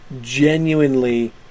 genuinely